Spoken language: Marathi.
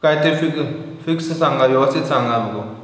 कायतरी फिक् फिक्स सांगा व्यवस्थित सांगा मग